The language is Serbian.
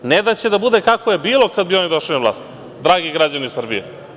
Ne da će da bude kako je bilo kad bi oni došli na vlast, dragi građani Srbije.